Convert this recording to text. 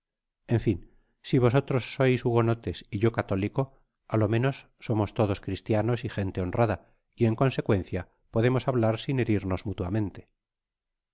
en fin si vosotros sois hugonotes y yo católico á lo menos somos todos cristianos y gente honrada y en consecuencia podemos hablar sin herirnos mutuamente